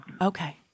Okay